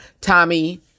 Tommy